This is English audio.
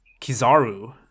Kizaru